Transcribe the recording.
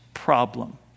problem